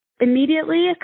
immediately